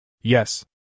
Yes